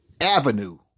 avenue